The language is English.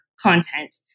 content